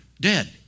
dead